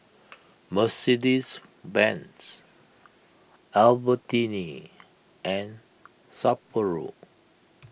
Mercedes Benz Albertini and Sapporo